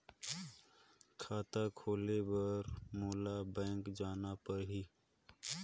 खाता खोले बर मोला बैंक जाना परही?